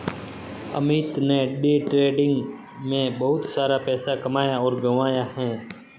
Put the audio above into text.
अमित ने day trading में बहुत सारा पैसा कमाया और गंवाया है